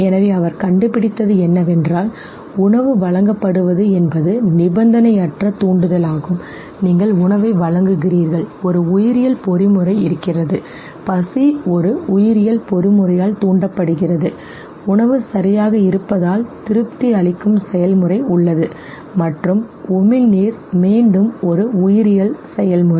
எனவே அவர் கண்டுபிடித்தது என்னவென்றால் உணவு வழங்கப்படுவது என்பது நிபந்தனையற்ற தூண்டுதலாகும் நீங்கள் உணவை வழங்குகிறீர்கள் ஒரு உயிரியல் பொறிமுறை இருக்கிறது பசி ஒரு உயிரியல் பொறிமுறையால் தூண்டப்படுகிறது உணவு சரியாக இருப்பதால் திருப்தி அளிக்கும் செயல்முறை உள்ளது மற்றும் உமிழ்நீர் மீண்டும் ஒரு உயிரியல் செயல்முறை